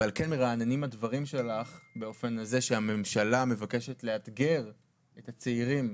ועל כן מרעננים הדברים שלך באופן הזה שהממשלה מבקשת לאתגר את הצעירים.